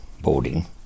boarding